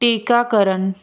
ਟੀਕਾਕਰਨ